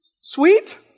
Sweet